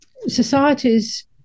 societies